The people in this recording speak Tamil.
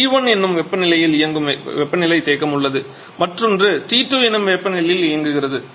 T1 எனும் வெப்பநிலையில் இயங்கும் வெப்பநிலை தேக்கம் உள்ளது மற்றொன்று T2 எனும் வெப்பநிலையில் இயங்குகிறது